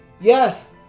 Yes